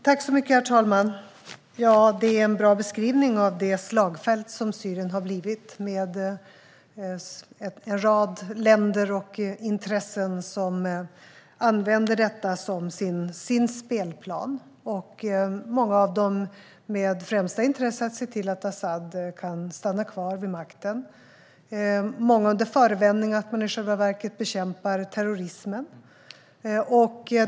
Herr talman! Det är en bra beskrivning av det slagfält som Syrien har blivit. Det är en rad länder och intressen som använder detta som sin spelplan, många av dem med främsta intresse att se till att Asad kan stanna kvar vid makten och många under förevändning att man i själva verket bekämpar terrorismen.